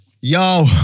Yo